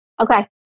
Okay